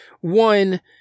one